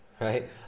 right